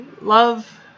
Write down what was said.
love